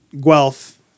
Guelph